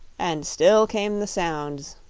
and still came the sounds